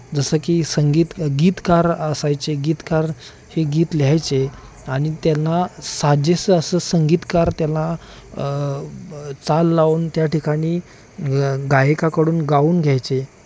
जसं की संगीत गीतकार असायचे गीतकार हे गीत लिहायचे आणि त्यांना साजेसं असं संगीतकार त्याला ब चाल लावून त्या ठिकाणी गायकाकडून गाऊन घ्यायचे